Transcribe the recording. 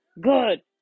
good